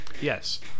Yes